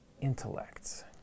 intellect